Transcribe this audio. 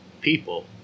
people